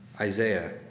Isaiah